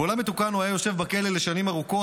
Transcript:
בעולם מתוקן הוא היה יושב בכלא לשנים ארוכות,